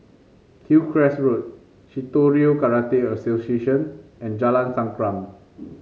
Hillcrest Road Shitoryu Karate Association and Jalan Sankam